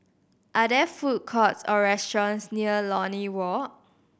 are there food courts or restaurants near Lornie Walk